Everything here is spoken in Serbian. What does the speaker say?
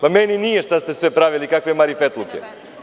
Pa meni nije šta ste sve pravili i kakve marifetluke.